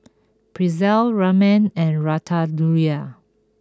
Pretzel Ramen and Ratatouille